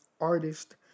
artist